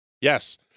Yes